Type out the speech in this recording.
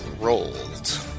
Rolled